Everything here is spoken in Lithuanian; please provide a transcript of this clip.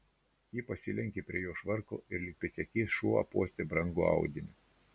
ji pasilenkė prie jo švarko ir lyg pėdsekys šuo apuostė brangų audinį